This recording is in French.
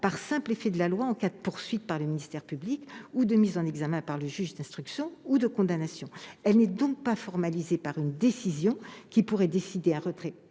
par simple effet de la loi en cas de poursuite par le ministère public, de mise en examen par le juge d'instruction ou de condamnation. Elle n'est donc pas formalisée par une décision qui pourrait acter un retrait